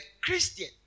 Christian